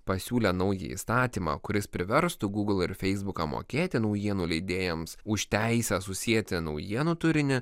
pasiūlė naują įstatymą kuris priverstų gūgl ir feisbuką mokėti naujienų leidėjams už teisę susieti naujienų turinį